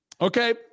Okay